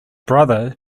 brother